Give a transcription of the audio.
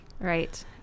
Right